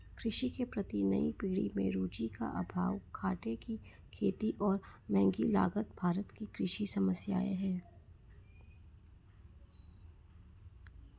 कृषि के प्रति नई पीढ़ी में रुचि का अभाव, घाटे की खेती और महँगी लागत भारत की कृषि समस्याए हैं